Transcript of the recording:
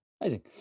Amazing